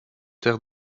terres